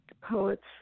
poets